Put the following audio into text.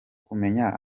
kumenya